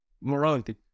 morality